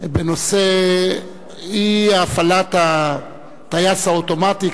בנושא אי-הפעלת הטייס האוטומטי,